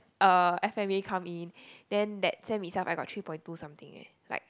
uh F_M_A come in then that sem itself I got three point two something eh